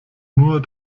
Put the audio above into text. nur